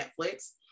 netflix